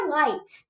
light